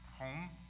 home